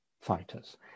fighters